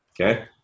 Okay